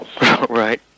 Right